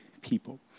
people